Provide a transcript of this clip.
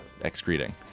excreting